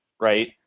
right